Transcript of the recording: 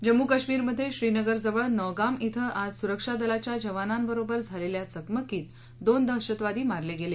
जम्मू कश्मिरमध्ये श्रीनगरजवळ नौगाम श्री आज सुरक्षा दलाच्या जवानांबरोबर झालेल्या चकमकीत दोन दहशतवादी मारले गेले